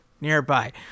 nearby